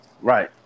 Right